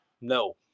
No